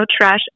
trash